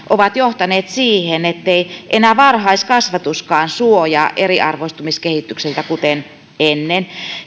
ovat johtaneet siihen ettei enää varhaiskasvatuskaan suojaa eriarvoistumiskehitykseltä kuten ennen